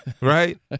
Right